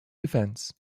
defence